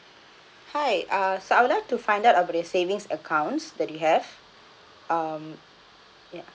hi uh so I would like to find out about your savings accounts that you have um ya